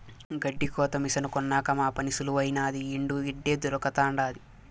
గెడ్డి కోత మిసను కొన్నాక మా పని సులువైనాది ఎండు గెడ్డే దొరకతండాది